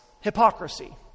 hypocrisy